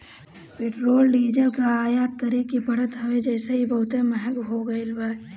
petrol diesel कअ आयात करे के पड़त हवे जेसे इ बहुते महंग हो गईल बाटे